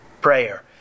prayer